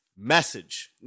Message